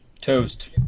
Toast